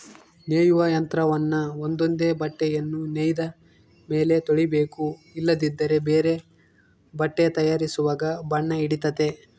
ನೇಯುವ ಯಂತ್ರವನ್ನ ಒಂದೊಂದೇ ಬಟ್ಟೆಯನ್ನು ನೇಯ್ದ ಮೇಲೆ ತೊಳಿಬೇಕು ಇಲ್ಲದಿದ್ದರೆ ಬೇರೆ ಬಟ್ಟೆ ತಯಾರಿಸುವಾಗ ಬಣ್ಣ ಹಿಡಿತತೆ